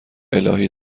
الهی